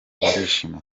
barishima